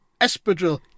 espadrille